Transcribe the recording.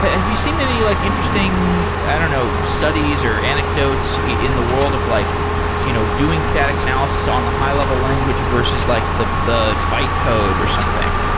ah have you seen any like interesting i don't know, studies or anecdotes in the world of like you know doing static analysis on the high-level language versus like the the byte code or something?